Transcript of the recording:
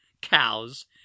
cows